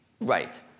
right